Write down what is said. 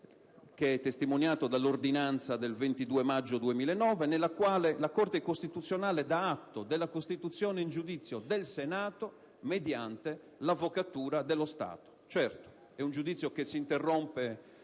testimoniato dall'ordinanza del 22 maggio 2009 nella quale la Corte costituzionale dà atto della costituzione in giudizio del Senato mediante l'Avvocatura dello Stato. Certo, è un giudizio che si interrompe